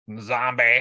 zombie